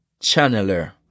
channeler